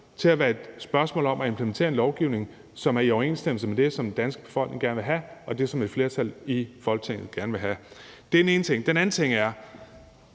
til, at det var et spørgsmål om at implementere en lovgivning, som er i overensstemmelse med det, som den danske befolkning gerne vil have, og det, som et flertal i Folketinget gerne vil have. Det var den ene ting. Den anden ting er,